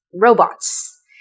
robots